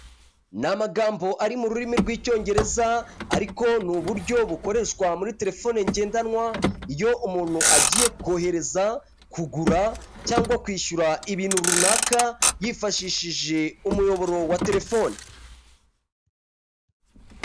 Ni amagambo ari mu rurimi rw'icyongereza ariko ni uburyo bukoreshwa muri terefone ngendanwa iyo umuntu agiye kohereza kugura cyangwa kwishyura ibintu runaka yifashishije umuyoboro wa telefone.